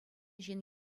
ҫын